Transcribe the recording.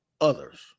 others